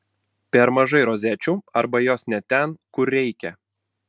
per mažai rozečių arba jos ne ten kur reikia